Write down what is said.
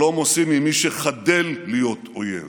שלום עושים עם מי שחדל להיות אויב,